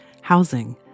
housing